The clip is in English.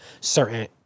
certain